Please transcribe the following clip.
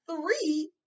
Three